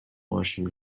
washing